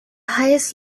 highest